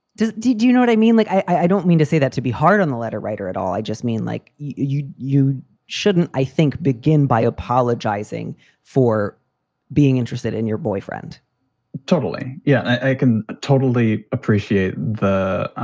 did you know what i mean? like, i i don't mean to say that to be hard on the letter writer at all. i just mean, like, you you shouldn't, i think, begin by apologizing for being interested in your boyfriend totally. yeah. i can totally appreciate the